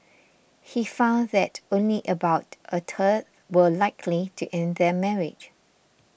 he found that only about a third were likely to end their marriage